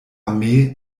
armee